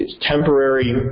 temporary